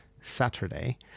Saturday